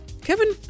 Kevin